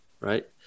right